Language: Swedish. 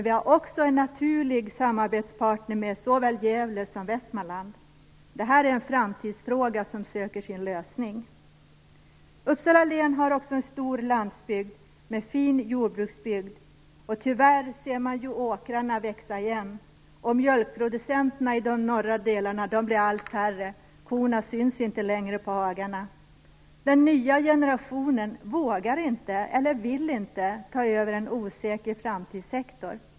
Vi har också naturliga samarbetspartner i såväl Gävle som Västmanland. Detta är en framtidsfråga som söker sin lösning. Uppsala län har en stor landsbygd med fin jordbruksbygd. Tyvärr ser man åkrarna växa igen. Mjölkproducenterna i de norra delarna blir allt färre. Korna syns inte längre i hagarna. Den nya generationen vågar eller vill inte ta över en osäker framtidssektor.